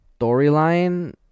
Storyline